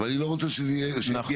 אבל אי לא רוצה שזה יהיה ככה.